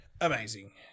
Amazing